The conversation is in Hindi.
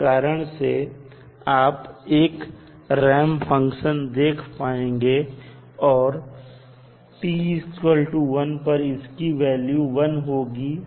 इस कारण से आप एक रैंप फंक्शन देख पाएंगे और t1 पर इसकी वैल्यू 1 होगी